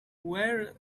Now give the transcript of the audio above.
where